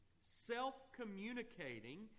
self-communicating